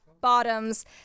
bottoms